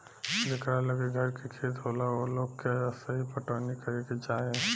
जेकरा लगे घर के खेत होला ओ लोग के असही पटवनी करे के चाही